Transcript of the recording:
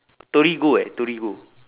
torigo eh torigo